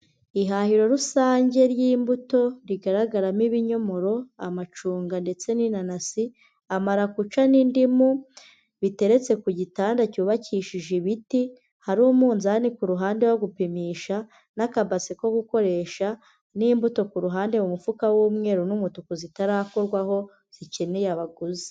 Ihahiro rusange ry'imbuto rigaragaramo ibinyomoro, amacunga ndetse n'inanasi, amarakuca n'indimu, biteretse ku gitanda cyubakishije ibiti, hari umunzani ku ruhande wo gupimisha n'akabasi ko gukoresha n'imbuto ku ruhande mu mufuka w'umweru n'umutuku zitarakorwaho zikeneye abaguzi.